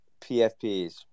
PFPs